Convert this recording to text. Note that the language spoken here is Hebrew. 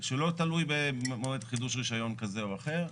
שלא תלוי במועד חידוש רישיון כזה או אחר,